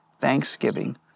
thanksgiving